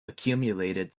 accumulated